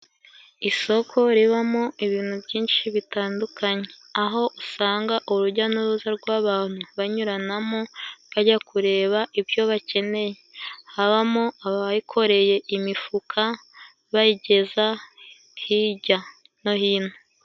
Isoko ribamo ibintu byinshi bitandukanye, aho usanga urujya n'uruza rw'abantu banyuranamo bajya kureba ibyo bakeneye, habamo abayikoreye imifuka bayigeza hijya no hino.